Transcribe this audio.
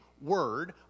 word